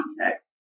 context